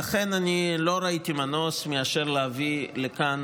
לכן אני לא ראיתי מנוס אלא להביא לכאן,